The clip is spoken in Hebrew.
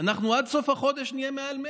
אנחנו עד סוף החודש נהיה מעל,